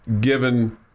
given